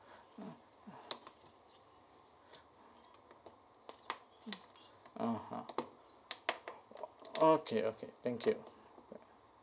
(uh huh) okay okay thank you